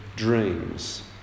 dreams